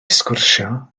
sgwrsio